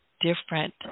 different